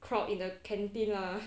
crowd in the canteen lah